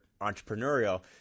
entrepreneurial